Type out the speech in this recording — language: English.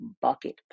Bucket